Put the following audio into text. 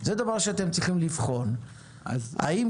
זה דבר שאתם צריכים לבחון.